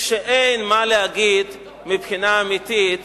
כשאין מה להגיד מבחינה אמיתית,